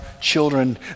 children